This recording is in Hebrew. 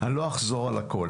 אני לא אחזור על הכול.